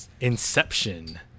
Inception